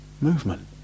movement